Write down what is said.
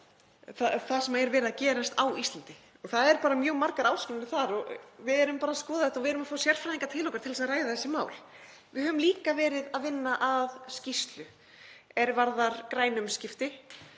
það sem er að gerast á Íslandi? Það eru mjög margar áskoranir þar og við erum bara að skoða þetta og við erum að fá sérfræðinga til okkar til að ræða þessi mál. Við höfum líka verið að vinna að skýrslu er varðar græn umskipti